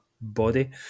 body